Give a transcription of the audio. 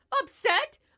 Upset